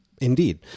Indeed